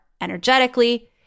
energetically